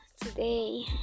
Today